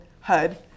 HUD